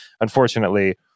unfortunately